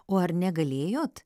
o ar negalėjot